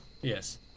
yes